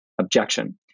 objection